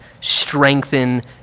strengthen